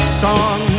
song